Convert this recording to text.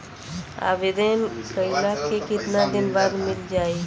आवेदन कइला के कितना दिन बाद मिल जाई?